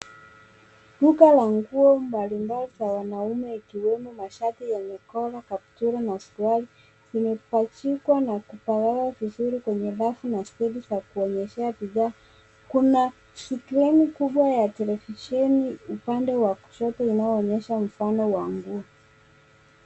Duka la nguo mbalimbali za wanaume ikiwemo mashati yenye cs[collar] kaptura na suruali zimepachikwa na kupangiliwa vizuri kwenye rafu na stedi za kuonyeshea bidhaa. Kuna skrini kubwa ya televisheni upande wa kushoto inaonyesha mfano wa nguo.